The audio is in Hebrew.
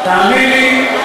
תאמין לי,